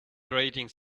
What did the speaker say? grating